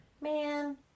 Man